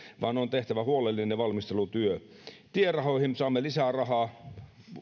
vaan on tehtävä huolellinen valmistelutyö teihin saamme lisää rahaa